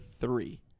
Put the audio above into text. three